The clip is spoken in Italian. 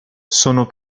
sono